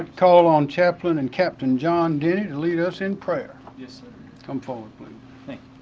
call on chaplin and captain john denny to lead us in prayer. yes, come forward please.